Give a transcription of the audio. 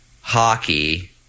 hockey